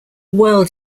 world